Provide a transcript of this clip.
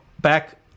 back